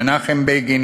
מנחם בגין,